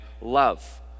love